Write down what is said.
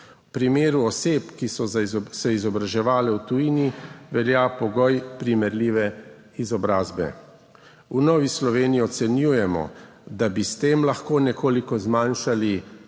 V primeru oseb, ki so se izobraževale v tujini, velja pogoj primerljive izobrazbe. V Novi Sloveniji ocenjujemo, da bi s tem lahko nekoliko zmanjšali